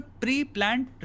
pre-planned